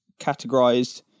categorized